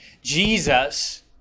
Jesus